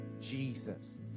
Jesus